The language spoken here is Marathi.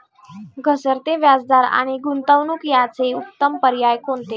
घसरते व्याजदर आणि गुंतवणूक याचे उत्तम पर्याय कोणते?